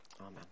amen